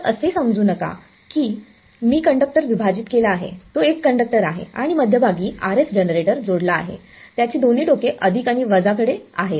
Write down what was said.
तर असे समजू नका की मी कंडक्टर विभाजित केला आहे तो एक कंडक्टर आहे आणि मध्यभागी RF जनरेटर जोडला आहे त्याची दोन्ही टोके अधिक आणि वजा कडे आहेत